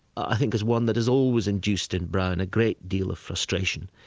i think is one that has always induced in brown a great deal of frustration.